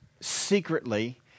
secretly